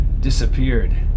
disappeared